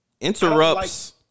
Interrupts